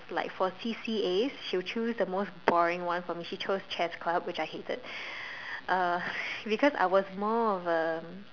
like for C_C_As she will choose the most boring one for me she chose chess-club which I hated uh because I was more of a